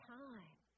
time